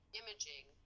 imaging